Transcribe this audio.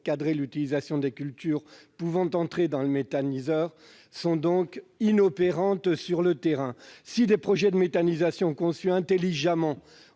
encadrer l'utilisation des cultures pouvant entrer dans le méthaniseur sont donc inopérantes sur le terrain. Si des projets de méthanisation conçus intelligemment